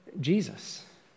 Jesus